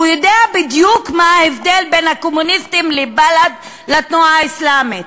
הוא יודע בדיוק מה ההבדל בין הקומוניסטים לבל"ד ולתנועה האסלאמית.